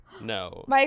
No